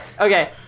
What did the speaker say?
okay